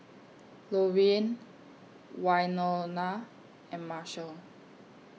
Lorean Wynona and Marshall